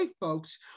folks